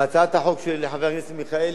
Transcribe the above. בהצעת החוק של חבר הכנסת מיכאלי,